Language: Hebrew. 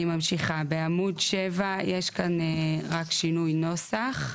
אני ממשיכה, בעמוד 7 יש כאן רק שינוי נוסח,